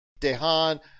Dehan